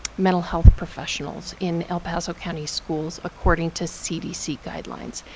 mental health professionals in el paso county schools, according to cdc guidelines.